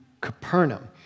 Capernaum